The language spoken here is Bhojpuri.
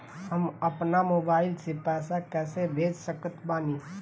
हम अपना मोबाइल से पैसा कैसे भेज सकत बानी?